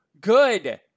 good